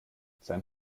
sein